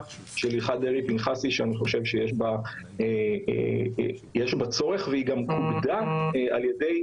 של הלכת דרעי-פנחסי שאני חושב שיש בה צורך והיא גם כובדה על ידי